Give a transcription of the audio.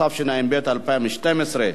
התשע"ב 2012,